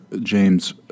James